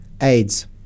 AIDS